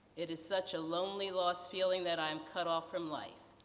it is such a lonely lost feeling that i'm cut off from life.